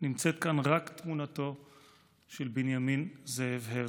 נמצאת כאן רק תמונתו של בנימין זאב הרצל.